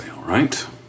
right